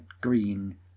green